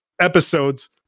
episodes